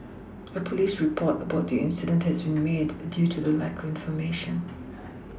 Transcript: a police report about the incident has been made due to the lack of information